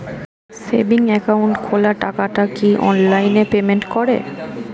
Savings account খোলা টাকাটা কি অনলাইনে পেমেন্ট করে?